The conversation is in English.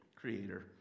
creator